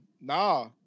nah